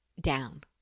down